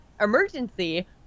emergency